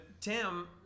Tim